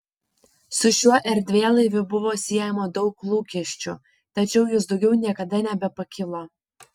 su šiuo erdvėlaiviu buvo siejama daug lūkesčių tačiau jis daugiau niekada nebepakilo